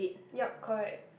yup correct